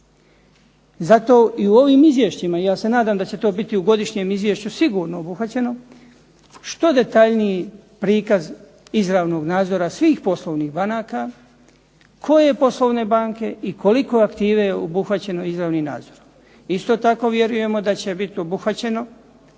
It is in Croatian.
Zato i u ovim izvješćima i ja se nadam da će to biti u godišnjem izvješću sigurno obuhvaćeno, što detaljniji prikaz izravnog nadzora svih poslovnih banaka, koje poslovne banke i koliko aktive je obuhvaćeno izravnim nadzorom. Isto tako vjerujemo da će bit obuhvaćeno